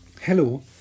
Hello